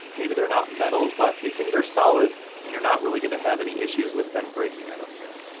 maybe they're not metal, but these things are solid and you're not really gonna have any issues with them breaking i don't think.